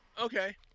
Okay